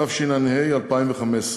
התשע"ה 2015,